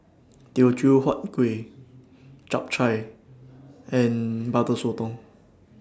Teochew Huat Kueh Chap Chai and Butter Sotong